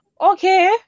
Okay